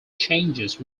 changes